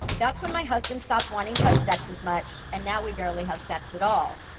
that's when my husband stopped wanting to have sex as much, and now we barely have sex at all.